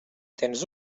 tens